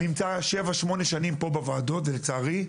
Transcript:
אני נמצא שבע, שמונה שנים פה בוועדות, ולצערי,